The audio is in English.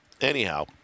anyhow